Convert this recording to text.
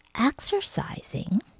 exercising